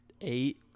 eight